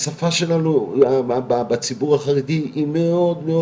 השפה שלנו בציבור החרדי היא מאוד מאוד